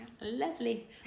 Lovely